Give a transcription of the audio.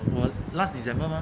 我 last december mah